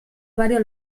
varios